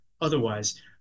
otherwise